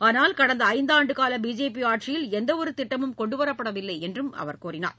ஆனால் கடந்த ஐந்தாண்டுகால பிஜேபி ஆட்சியில் எந்த ஒரு திட்டமும் கொண்டு வரப்படவில்லை என்றும் அவர் தெரிவித்தார்